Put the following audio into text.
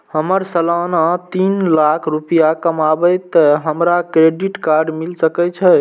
हमर सालाना तीन लाख रुपए कमाबे ते हमरा क्रेडिट कार्ड मिल सके छे?